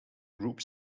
group